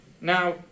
now